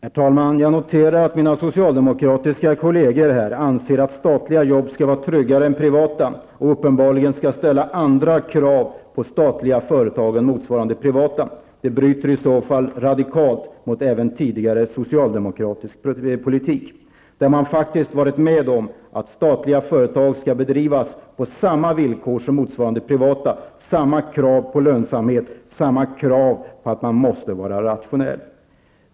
Fru talman! Jag noterar att mina socialdemokratiska kolleger anser att statliga jobb skall vara tryggare än privata. Man skall uppenbarligen ställa andra krav på statliga företag än på motsvarande privata. Det bryter i så fall radikalt även mot tidigare socialdemokratisk politik. Där har man faktiskt varit med om att statliga företag skall drivas på samma villkor som motsvarande privata. Samma krav på lönsamhet och samma krav på att man måste vara rationell skall ställas.